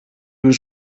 was